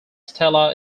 stella